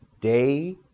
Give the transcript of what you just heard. day